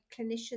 clinicians